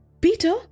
Peter